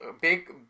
big